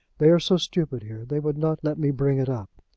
they are so stupid here. they would not let me bring it up.